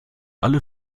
alle